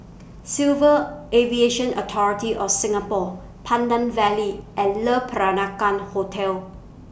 Civil Aviation Authority of Singapore Pandan Valley and Le Peranakan Hotel